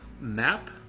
map